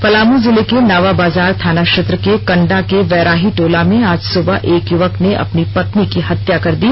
पलामू जिले के नावाबाजार थाना क्षेत्र के कंडा के वैराही टोला में आज सुबह एक युवक अपनी पत्नी की हत्या कर दी